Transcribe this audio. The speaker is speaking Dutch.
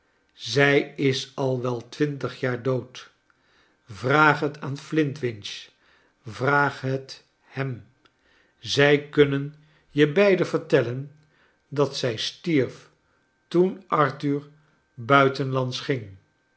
zij is al wel twintig jaar dood vraag het aan flintwinch viaag het hem zij kunnen je beiden vertellen dat zij stierf toen arthur buitenslands ging